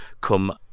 come